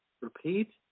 Repeat